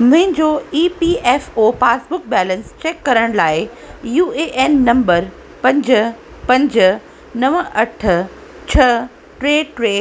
मुंहिंजो E P F O passbook balance check करण लाइ यू ए एन नंबर पंज पंज नव अठ छह टे टे